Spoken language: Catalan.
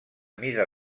mida